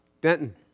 Denton